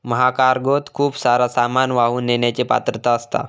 महाकार्गोत खूप सारा सामान वाहून नेण्याची पात्रता असता